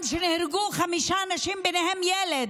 גם כשנהרגו חמישה אנשים, ביניהם ילד,